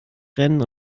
rennen